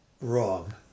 wrong